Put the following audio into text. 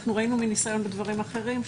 ראינו מניסיון בדברים אחרים,